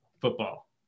football